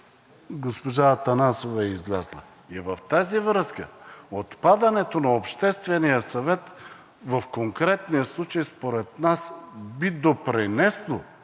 Госпожа Атанасова е излязла. И в тази връзка отпадането на Обществения съвет в конкретния случай според нас би допринесло